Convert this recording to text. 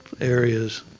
areas